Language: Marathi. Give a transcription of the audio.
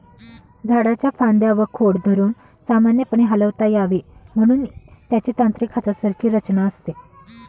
झाडाच्या फांद्या व खोड धरून सामान्यपणे हलवता यावे म्हणून त्याची यांत्रिक हातासारखी रचना असते